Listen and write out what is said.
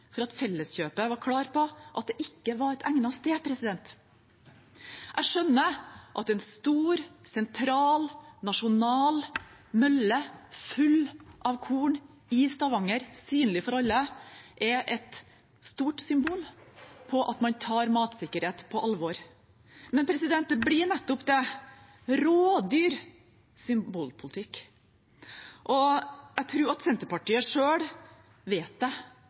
for at Felleskjøpet var klar på at det ikke var et egnet sted. Jeg skjønner at en stor, sentral, nasjonal mølle full av korn i Stavanger, synlig for alle, er et stort symbol på at man tar matsikkerhet på alvor. Men det blir nettopp det: rådyr symbolpolitikk. Jeg tror at Senterpartiet selv vet det,